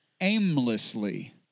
aimlessly